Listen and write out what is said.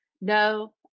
No